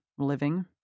living